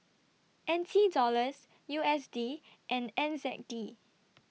N T Dollars U S D and N Z D